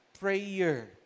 prayer